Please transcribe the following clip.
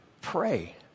Pray